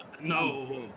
No